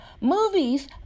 Movies